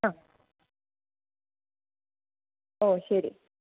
ആ ഓ ശരി